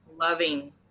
loving